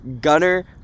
Gunner